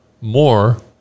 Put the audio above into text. more